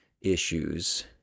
issues